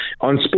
on